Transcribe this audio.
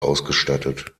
ausgestattet